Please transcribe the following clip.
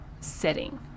setting